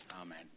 Amen